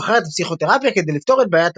הוא בחר את הפסיכותרפיה כדי לפתור את בעיית